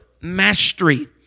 mastery